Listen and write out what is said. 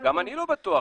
גם אני לא בטוח.